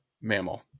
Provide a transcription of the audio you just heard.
mammal